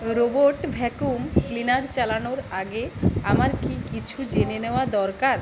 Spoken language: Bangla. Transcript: রোবট ভ্যাক্যুম ক্লিনার চালানোর আগে আমার কি কিছু জেনে নেওয়া দরকার